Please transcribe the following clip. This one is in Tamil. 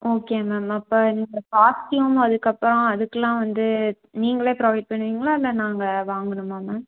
ஓகே மேம் அப்போ நீங்கள் காஸ்டியூம் அதுக்கப்புறம் அதுக்கெலாம் வந்து நீங்களே ப்ரொவைட் பண்ணுவீங்களா இல்லை நாங்கள் வாங்கணுமா மேம்